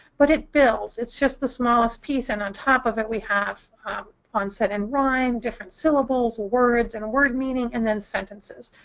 but it builds. it's just the smallest piece. and on top of it we have onset and rime, different syllables, words and word meaning, and then sentences.